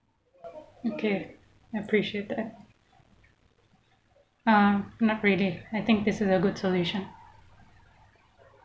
okay appreciated ah not really I think this is a good solution